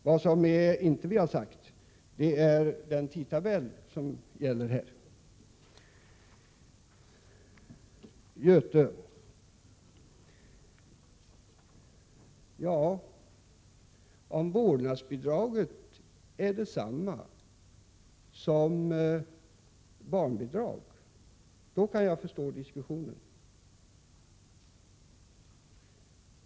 Vad vi inte har angett är den tidtabell som gäller. Till Göte Jonsson: Om vårdnadsbidrag är detsamma som barnbidrag, så kan jag förstå argumenteringen.